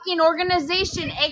organization